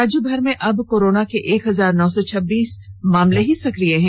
राज्यभर में अब कोरोना के एक हजार नौ सौ छब्बीस मामले ही सक्रिय हैं